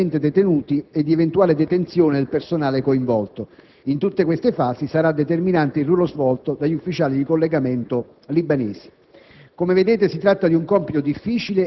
di sequestro di tutti gli armamenti indebitamente detenuti e di eventuale detenzione del personale coinvolto; in tutte queste fasi sarà determinante il ruolo svolto dagli ufficiali di collegamento libanesi.